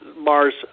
mars